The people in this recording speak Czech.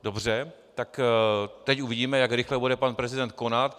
Dobře, tak teď uvidíme, jak rychle bude pan prezident konat.